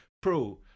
Pro